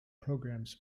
programs